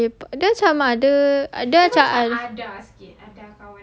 dia macam lepak dia macam ada ada macam al~